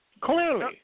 Clearly